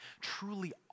truly